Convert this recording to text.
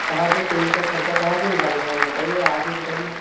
कहाँ से तेल का खर्चा कहाँ से निकालेंगे बताइए आप ही बताइए